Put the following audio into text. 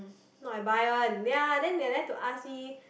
not I buy one ya then they like to ask me